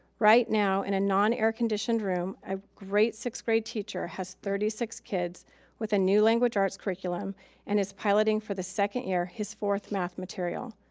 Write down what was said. right now, in a non air-conditioned room, a sixth grade teacher has thirty six kids with a new language arts curriculum and is piloting for the second year his fourth math material.